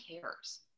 cares